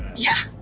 yeah.